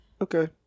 Okay